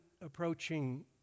approaching